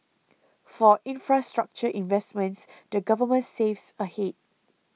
for infrastructure investments the Government saves ahead